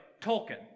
Tolkien